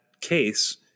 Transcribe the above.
case